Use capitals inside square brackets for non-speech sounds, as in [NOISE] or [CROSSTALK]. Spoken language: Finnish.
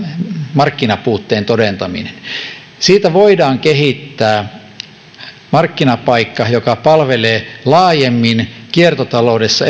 markkinapuutteen todentaminen siitä voidaan kehittää markkinapaikka joka palvelee laajemmin kiertotaloudessa [UNINTELLIGIBLE]